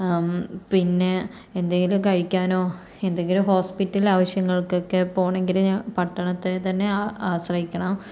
പിന്നെ എന്തെങ്കിലും കഴിക്കാനോ എന്തെങ്കിലും ഹോസ്പിറ്റൽ ആവശ്യങ്ങൾക്കൊക്കെ പോകണമെങ്കില് പട്ടണത്തെ തന്നെ ആശ്രയിക്കണം